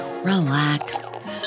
Relax